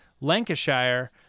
Lancashire